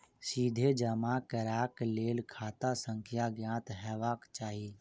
सीधे जमा करैक लेल खाता संख्या ज्ञात हेबाक चाही